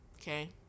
Okay